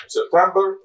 September